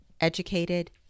educated